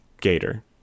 Gator